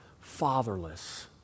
fatherless